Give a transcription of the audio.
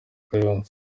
kayonza